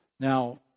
Now